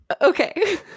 Okay